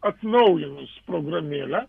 atnaujinus programėlę